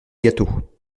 gâteau